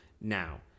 now